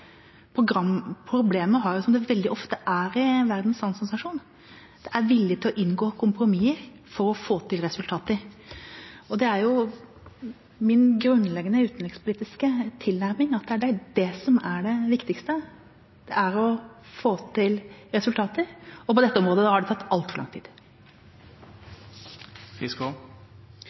det veldig ofte er i Verdens handelsorganisasjon, vilje til å inngå kompromisser for å få til resultater. Det er min grunnleggende utenrikspolitiske tilnærming at det som er det viktigste, er å få til resultater. På dette området har det tatt altfor lang tid.